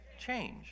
change